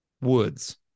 woods